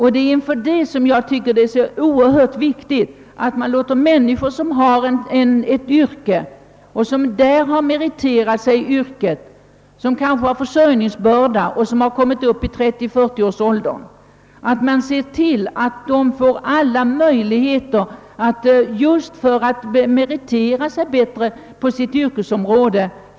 Därför är det oerhört viktigt att man ger de människor, som har ett yrke inom vilket de meriterat sig och som kanske är i 30—40-årsåldern och har försörjningsbörda, möjlighet till ytterligare skolbildning för att kunna avancera inom sitt yrkesområde.